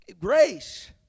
Grace